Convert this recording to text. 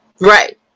right